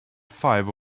five